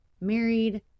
married